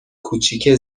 کوچیکه